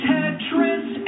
Tetris